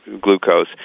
glucose